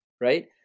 Right